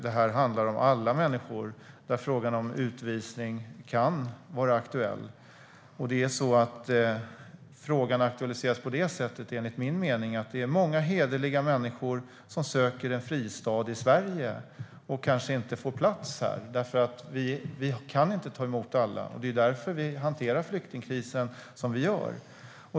Det handlar om alla människor där frågan om utvisning kan vara aktuell. Frågan aktualiseras enligt min mening av att det är många hederliga människor som söker en fristad i Sverige men kanske inte får plats eftersom vi inte kan ta emot alla, och det är därför vi hanterar flyktingkrisen som vi gör.